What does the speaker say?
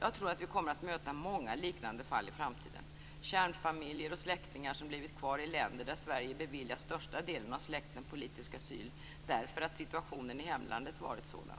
Jag tror att vi kommer att möta många liknande fall i framtiden - kärnfamiljer och släktingar som blivit kvar i länder där Sverige beviljat största delen av släkten politisk asyl därför att situationen i hemlandet varit sådan.